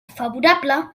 favorable